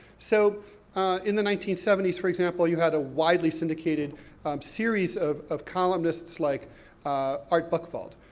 so in the nineteen seventy s, for example, you had a widely syndicated series of of columnists like art buchwald.